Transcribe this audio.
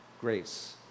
grace